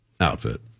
outfit